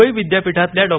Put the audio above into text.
मुंबई विद्यापीठातल्या डॉ